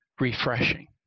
refreshing